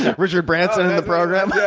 and richard branson in the program? yeah